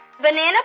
Banana